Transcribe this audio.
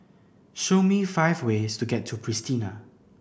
show me five ways to get to Pristina